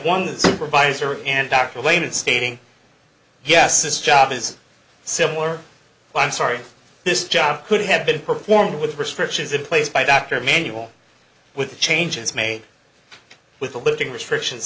one supervisor and dr wayne and stating yes his job is similar i'm sorry this job could have been performed with prescriptions in place by dr emanuel with the changes made with the looting restrictions